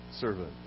servant